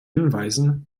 hinweisen